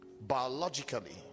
biologically